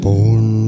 Born